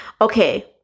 Okay